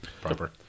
proper